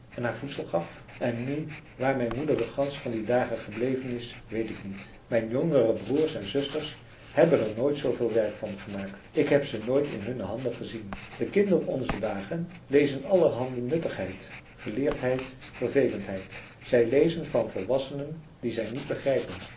en haar voedsel gaf en nu waar mijn moeder de gans van die dagen gebleven is weet ik niet mijn jongere broers en zusters hebben er nooit zooveel werk van gemaakt ik heb ze nooit in hunne handen gezien de kinderen onzer dagen lezen allerhande nuttigheid geleerdheid vervelendheid zij lezen van volwassenen die zij niet begrijpen